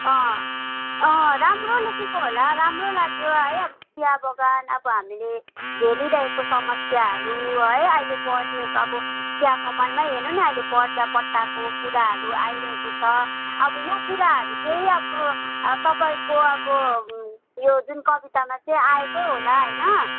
अँ अँ राम्रो लेखेको होला राम्रो लाग्यो है अब चिया बगान अब हामीले झेलिरहेको समस्याहरू है अहिले बढिदिएको अब चिया कमानमै हेर्नु नि अहिले पट्टा पट्टाको कुराहरू आइरहेको छ अब यो कुराहरू चाहिँ अब तपाईँहरूको अब यो जुन कवितामा चाहिँ आएको होला होइन